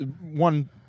One